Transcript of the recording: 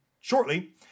shortly